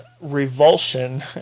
revulsion